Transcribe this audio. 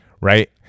right